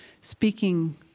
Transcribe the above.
speaking